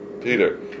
Peter